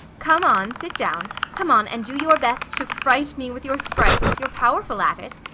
come on, sit down come on, and do your best to fright me with your sprites you're powerful at it.